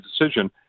decision